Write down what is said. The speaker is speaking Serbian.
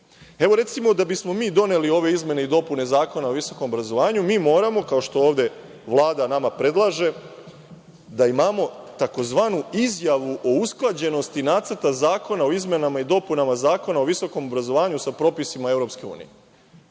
recimo, da bismo mi doneli ove izmene i dopune Zakona o visokom obrazovanju, mi moramo, kao što ovde Vlada nama predlaže, da imamo tzv. izjavu o usklađenosti Nacrta zakona o izmenama i dopunama Zakona o visokom obrazovanju sa propisima EU.